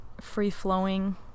free-flowing